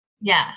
Yes